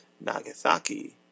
Nagasaki